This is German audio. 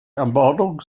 ermordung